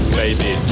baby